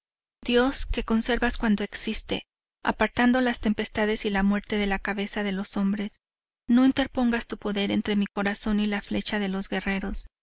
dios que conservas cuanto existe apartando las tempestades y la muerte de la cabeza de los hombres no interpongas tu poder entre mi corazón y la flecha de los guerreros